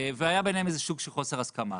היה ביניהם סוג של חוסר הסכמה,